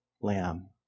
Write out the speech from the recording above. lamb